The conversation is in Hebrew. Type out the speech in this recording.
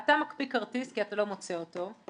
אתה מקפיא כרטיס כי אתה לא מוצא אותו.